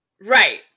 Right